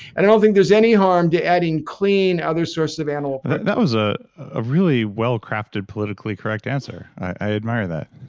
and i don't think there's any harm to adding clean other sources of animal but protein that was ah a really well-crafted, politically correct answer. i admire that.